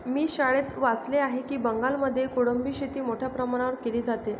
मी शाळेत वाचले आहे की बंगालमध्ये कोळंबी शेती मोठ्या प्रमाणावर केली जाते